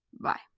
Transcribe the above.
Bye